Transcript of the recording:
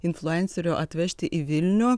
influencerių atvežti į vilnių